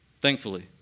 thankfully